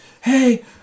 Hey